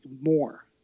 more